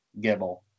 gibble